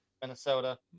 Minnesota